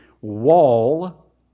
wall